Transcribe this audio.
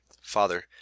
father